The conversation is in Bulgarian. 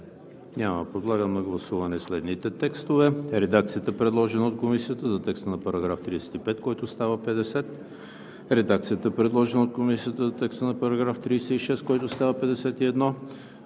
Няма. Подлагам на гласуване следните текстове: редакцията, предложена от Комисията за текста на § 35, който става § 50; редакцията, предложена от Комисията за текста на § 36, който става §